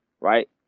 right